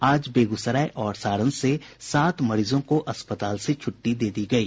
आज बेगूसराय और से सात मरीजों को अस्पताल से छुट्टी दे दी गयी